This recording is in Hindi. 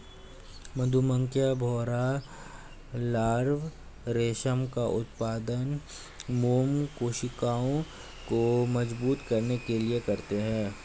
मधुमक्खियां, भौंरा लार्वा रेशम का उत्पादन मोम कोशिकाओं को मजबूत करने के लिए करते हैं